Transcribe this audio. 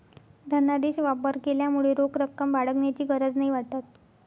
धनादेश वापर केल्यामुळे रोख रक्कम बाळगण्याची गरज नाही वाटत